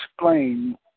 explain